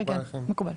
כן, כן מקובל.